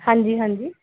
ਹਾਂਜੀ ਹਾਂਜੀ